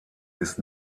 ist